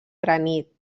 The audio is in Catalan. granit